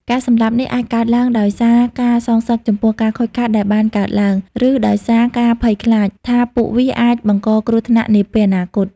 ការសម្លាប់នេះអាចកើតឡើងដោយសារការ សងសឹក ចំពោះការខូចខាតដែលបានកើតឡើង ឬដោយសារការ ភ័យខ្លាច ថាពួកវាអាចបង្កគ្រោះថ្នាក់នាពេលអនាគត។